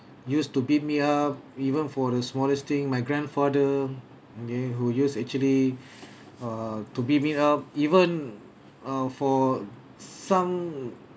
used to beat me up even for the smallest thing my grandfather okay who use actually uh to beat me up even uh for some